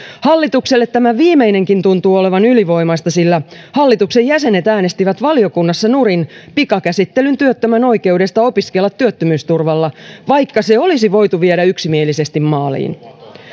hallitukselle tämä viimeinenkin tuntuu olevan ylivoimaista sillä hallituksen jäsenet äänestivät valiokunnassa nurin pikakäsittelyn työttömän oikeudesta opiskella työttömyysturvalla vaikka se olisi voitu viedä yksimielisesti maaliin